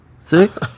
Six